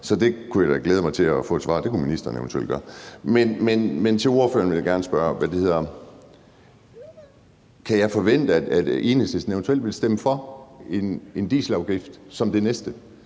Så det kunne jeg da glæde mig til at få et svar på, og det kunne ministeren eventuelt gøre. Men ordføreren vil jeg gerne spørge, om jeg kan forvente, at Enhedslisten eventuelt vil stemme for en dieselafgift som det næste.